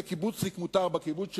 לקיבוצניק מותר בקיבוץ שלו,